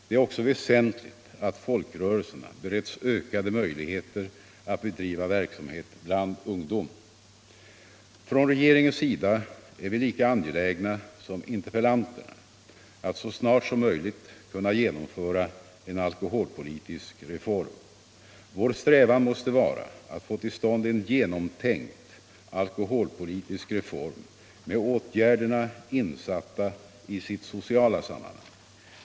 Det är också väsentligt att folkrörelserna bereds ökade möjligheter att bedriva verksamhet bland ungdom. Från regeringens sida är vi lika angelägna som interpellanterna att så snart som möjligt kunna genomföra en alkoholpolitisk reform. Vår strävan måste vara att få till stånd en genomtänkt alkoholpolitisk reform med åtgärderna insatta i sitt sociala sammanhang.